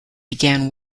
began